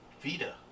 Vita